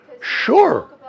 Sure